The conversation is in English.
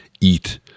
eat